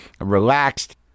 relaxed